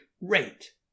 rate